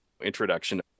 introduction